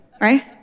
Right